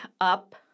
up